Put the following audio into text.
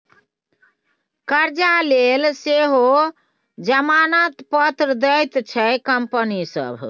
करजा लेल सेहो जमानत पत्र दैत छै कंपनी सभ